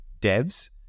devs